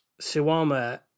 Suama